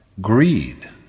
greed